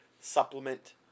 supplement